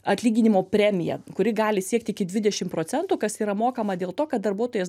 atlyginimo premiją kuri gali siekti iki dvidešim procentų kas yra mokama dėl to kad darbuotojas